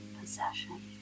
possession